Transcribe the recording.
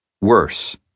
Worse